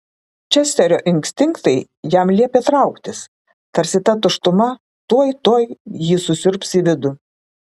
česterio instinktai jam liepė trauktis tarsi ta tuštuma tuoj tuoj jį susiurbs į vidų